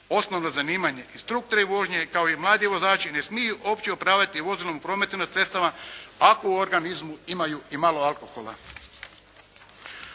osnovno zanimanje, instruktor vožnje kao i mladi vozači ne smiju uopće upravljati vozilom u prometu na cestama ako u organizmu imaju i malo alkohola.